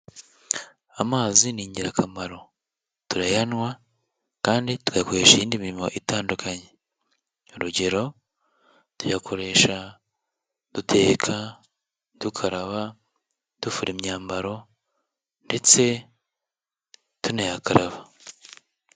Amazi ni ingirakamaro, turayanywa kandi tuyakoresha iyindi mirimo itandukanye, urugero tuyakoresha duteka, dukaraba, dufura imyambaro ndetse tunayakaraba.